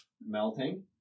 melting